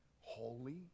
holy